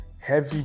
heavy